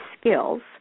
skills